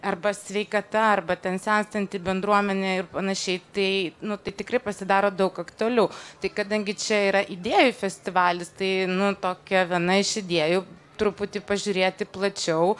arba sveikata arba ten senstanti bendruomenė ir panašiai tai nu tai tikrai pasidaro daug aktualiau tai kadangi čia yra idėjų festivalis tai nu tokia viena iš idėjų truputį pažiūrėti plačiau